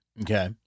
Okay